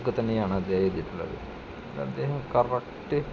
ഇതൊക്കെ തന്നെയാണ് അദ്ദേഹം എഴുതിയിട്ടുള്ളത് അദ്ദേഹം കറക്റ്റ്